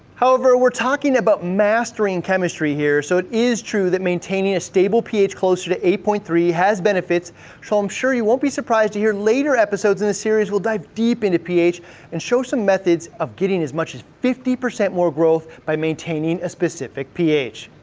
however, we're talking about mastering chemistry here, so it is true that maintaining a stable ph closer to eight point three has benefits so i'm sure you won't be surprised to hear later episodes in this series will dive deep into ph and show some methods of getting as much as fifty percent more growth by maintaining a specific ph.